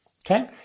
Okay